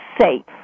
safe